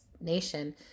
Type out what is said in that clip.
nation